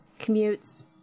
commutes